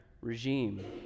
regime